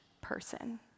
person